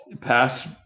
past